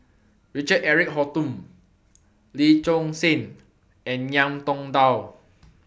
Richard Eric Holttum Lee Choon Seng and Ngiam Tong Dow